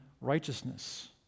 righteousness